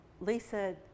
Lisa